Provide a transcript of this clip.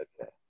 Okay